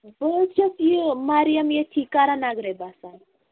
بہٕ حظ چھَس یہِ مریم ییٚتھٕے کَرن نگرٕے بسان